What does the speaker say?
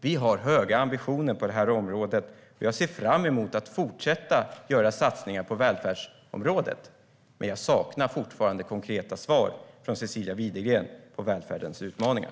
Vi har höga ambitioner på detta område, och jag ser fram emot att fortsätta göra satsningar på välfärdsområdet. Men jag saknar fortfarande konkreta svar från Cecilia Widegren om välfärdens utmaningar.